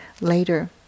later